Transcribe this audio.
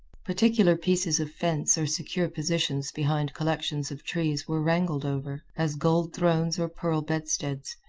particular pieces of fence or secure positions behind collections of trees were wrangled over, as gold thrones or pearl bedsteads.